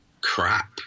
crap